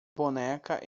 boneca